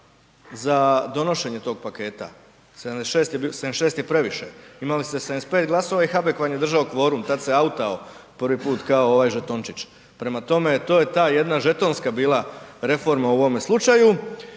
za donošenje tog paketa, 76 je previše, imali ste 75 glasova i Habek vam je držao kvorum, tad se „outao“ prvi puta kao ovaj žetončić. Prema tome, to je ta jedna žetonska bila reforma u ovome slučaju